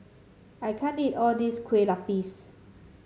I can't eat all this Kueh Lupis